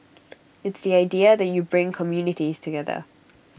it's the idea that you bring communities together